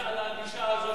אני מוחה על הגישה הזאת,